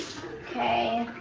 okay.